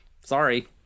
Sorry